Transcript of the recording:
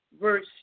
verse